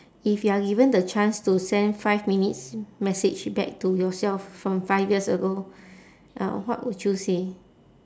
if you are given the chance to send five minutes message back to yourself from five years ago uh what would you say